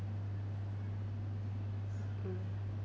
mm